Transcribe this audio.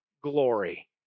glory